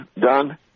done